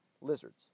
lizards